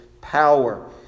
power